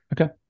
okay